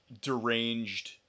deranged